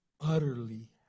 utterly